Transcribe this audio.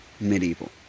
medieval